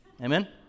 Amen